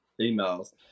emails